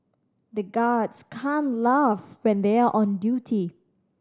the guards can't laugh when they are on duty